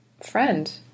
friend